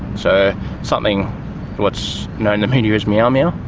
so something what's known in the media as meow meow.